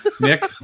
Nick